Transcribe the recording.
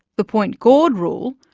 the pointe gourde rule,